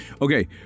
Okay